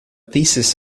thesis